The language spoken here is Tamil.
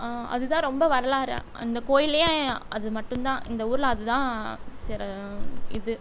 அது தான் ரொம்ப வரலாறு அந்த கோயில்லேயே அது மட்டும் தான் இந்த ஊரில் அதுதான் சிற இது